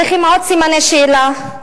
צריכים עוד סימני שאלה.